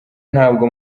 ntabwo